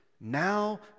now